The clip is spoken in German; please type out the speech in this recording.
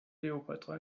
kleopatra